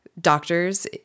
doctors